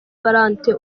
valentin